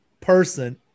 person